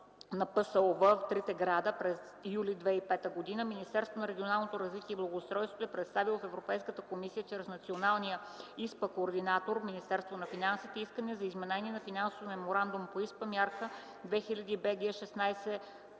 на ПСОВ в трите града през юли 2005 г. Министерството на регионалното развитие и благоустройството e представило в Европейската комисия чрез Националния ИСПА координатор Министерство на финансите, искане за изменение на Финансовия меморандум по ИСПА мярка